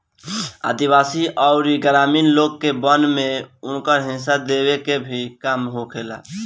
आदिवासी अउरी ग्रामीण लोग के वन में उनकर हिस्सा देवे के भी काम होखेला